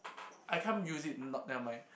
I can't use it not nevermind